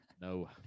No